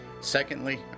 Secondly